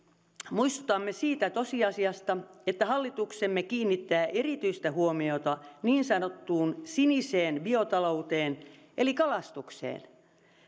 muistutamme siitä tosiasiasta että hallituksemme kiinnittää erityistä huomiota niin sanottuun siniseen biotalouteen eli kalastukseen